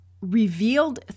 revealed